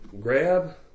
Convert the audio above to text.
grab